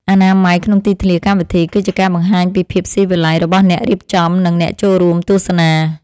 អនាម័យក្នុងទីធ្លាកម្មវិធីគឺជាការបង្ហាញពីភាពស៊ីវិល័យរបស់អ្នករៀបចំ និង អ្នកចូលរួមទស្សនា។